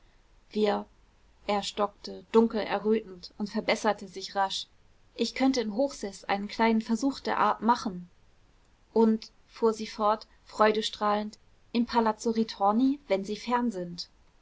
wir er stockte dunkel errötend und verbesserte sich rasch ich könnte in hochseß einen kleinen versuch der art machen und fuhr sie fort freudestrahlend im palazzo ritorni wenn sie fern sind